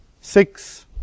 Six